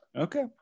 Okay